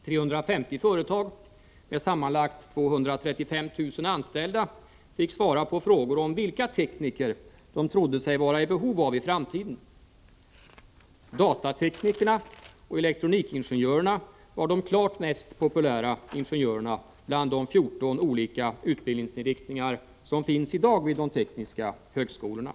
350 företag, med sammanlagt 235 000 anställda, fick svara på frågor om vilka tekniker de trodde sig vara i behov av i framtiden. Datateknikerna och elektronikingenjörerna var de klart mest populära ingenjörerna bland de 14 olika utbildningsinriktningar som finns i dag vid de tekniska högskolorna.